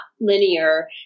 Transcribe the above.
linear